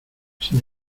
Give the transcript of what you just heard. sin